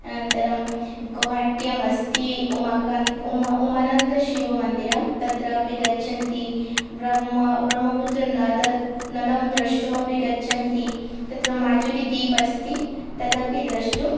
अनन्तरं गौहाट्यम् अस्ति उमानन्दशिवमन्दिरं तत्र अपि गच्छन्ति ब्रह्म ब्रह्मपुत्रनद नदं द्रष्टुमपि गच्छन्ति तत्र माजुलीदीप् अस्ति तदपि द्रष्टुं